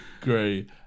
great